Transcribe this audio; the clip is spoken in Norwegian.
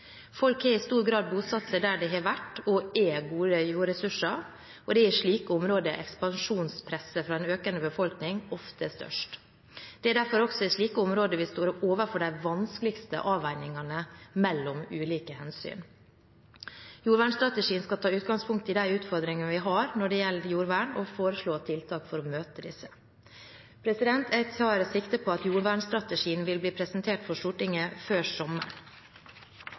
Folk har i stor grad bosatt seg der det har vært og er gode jordressurser, og det er i slike områder ekspansjonspresset fra en økende befolkning ofte er størst. Det er også derfor det er i slike områder vi står overfor de vanskeligste avveiningene mellom ulike hensyn. Jordvernstrategien skal ta utgangspunkt i de utfordringene vi har når det gjelder jordvern, og foreslå tiltak for å møte disse. Jeg tar sikte på at jordvernstrategien vil bli presentert for Stortinget før sommeren.